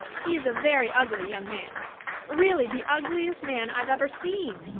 he is a very ugly young man really, the ugliest man i've ever seen.